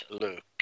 Luke